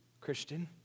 Christian